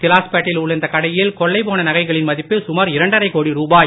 திலாஸ்பேட்டையில் உள்ள இந்தக் கடையில் கொள்ளைபோன நகைகளின் மதிப்பு சுமார் இரண்டரை கோடி ரூபாய்